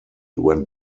went